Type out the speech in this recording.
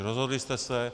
Rozhodli jste se.